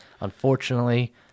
Unfortunately